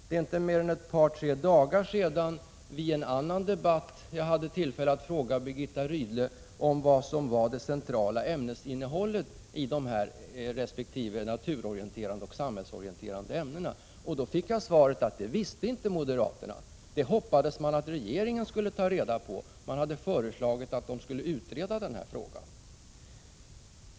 Det är inte mer än ett par tre dagar sedan jag vid en annan debatt hade tillfälle att fråga Birgitta Rydle om vad som var det centrala ämnesinnehållet i de naturorienterande resp. samhällsorienterande ämnena. Då fick jag svaret att moderaterna inte visste det utan hoppades att regeringen skulle ta reda på det. De hade också föreslagit att regeringen skulle låta utreda frågan.